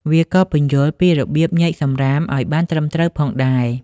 វាក៏ពន្យល់ពីរបៀបញែកសំរាមឱ្យបានត្រឹមត្រូវផងដែរ។